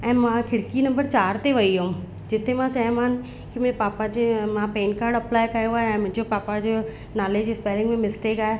ऐं मां खिड़की नंबर चारि ते वई हुअमि जिते मां चयोमानि कि मुंहिंजे पापा जे मां पैन कार्ड अप्लाए कयो आहे ऐं मुंहिंजो पप्पा जो नाले जी स्पैलिंग में मिस्टेक आहे